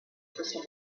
crystal